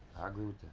i agree with you.